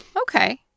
Okay